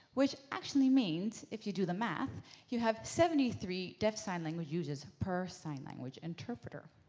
which actually means if you do the math you have seventy three deaf sign language users per sign language interpreter.